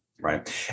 Right